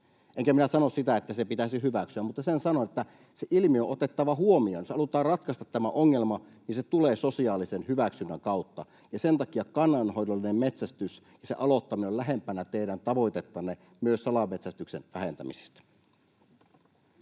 Enkä minä sano sitä, että se pitäisi hyväksyä, mutta sen sanon, että se ilmiö on otettava huomioon. Jos halutaan ratkaista tämä ongelma, niin se tulee sosiaalisen hyväksynnän kautta, ja sen takia kannanhoidollinen metsästys ja sen aloittaminen on lähempänä teidän tavoitettanne myös salametsästyksen vähentämisessä.